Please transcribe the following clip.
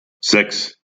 sechs